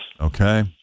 Okay